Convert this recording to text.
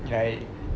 ya it